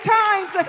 times